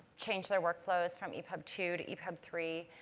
change their workflows from epub two to epub three.